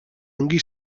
ongi